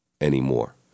anymore